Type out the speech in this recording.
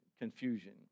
confusion